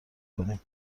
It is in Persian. کنیم